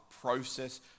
process